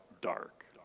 dark